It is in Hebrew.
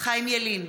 חיים ילין,